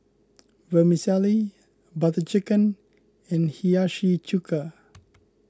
Vermicelli Butter Chicken and Hiyashi Chuka